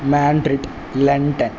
മാൺട്രിഡ് London